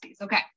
Okay